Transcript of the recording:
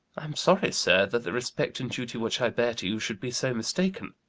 i'm sorry, sir, that the respect and duty which i bear to you should be so mistaken.